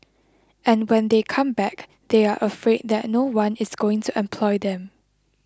and when they come back they are afraid that no one is going to employ them